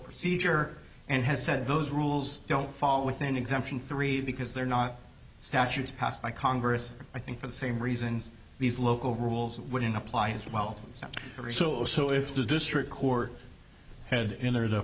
procedure and has said those rules don't fall within exemption three because they're not statutes passed by congress i think for the same reasons these local rules wouldn't apply as well to some so if the district court had in there the